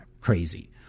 crazy